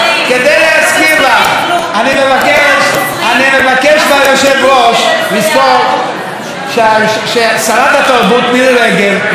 אני מבקש מהיושב-ראש לזכור ששרת התרבות מירי רגב מפריעה לי בנאומי,